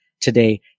today